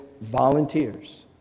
volunteers